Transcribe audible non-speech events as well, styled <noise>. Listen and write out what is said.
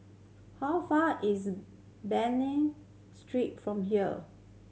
how far is <unintelligible> Street from here